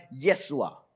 Yeshua